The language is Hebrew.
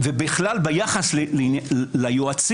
ובכלל ביחס ליועצים,